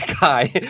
guy